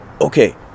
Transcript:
okay